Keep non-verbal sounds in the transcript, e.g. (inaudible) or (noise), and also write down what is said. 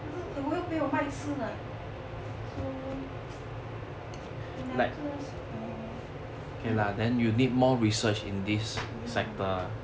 可是我有个朋友买吃的 so (noise) necklace err (noise) ya